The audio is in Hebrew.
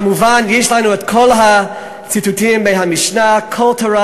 כמובן יש לנו כל הציטוטים מהמשנה: "כל תורה